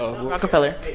Rockefeller